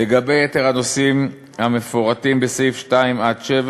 לגבי יתר הנושאים המפורטים בסעיפים 2 7,